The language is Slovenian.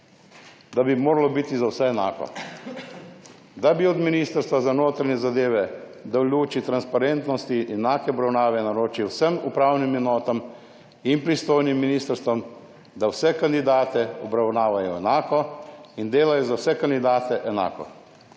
da bi moralo biti za vse enako. Da bi Ministrstvo za notranje zadeve v luči transparentnosti in enake obravnave naročilo vsem upravnim enotam in pristojnim ministrstvom, da vse kandidate obravnavajo enako in delajo za vse kandidate enako.